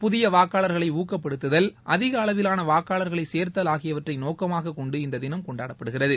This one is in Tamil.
புதிய வாக்காளர்களை ஊக்கப்படுத்துதல் அதிக அளவிலான வாக்காளர்களை சேர்த்தல் ஆகியவற்றை நோக்கமாக கொண்டு இந்த தினம் கொண்டாடப்படுகிறது